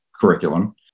curriculum